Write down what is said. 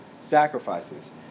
sacrifices